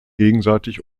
gegenseitig